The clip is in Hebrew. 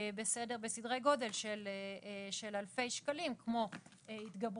בסדרי גודל של אלפי שקלים כמו התגברות